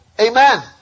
Amen